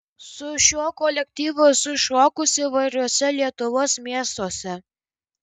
su šiuo kolektyvu esu šokusi įvairiuose lietuvos miestuose